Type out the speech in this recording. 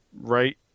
right